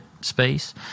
space